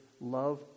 love